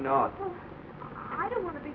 know i don't want to be